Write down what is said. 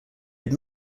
had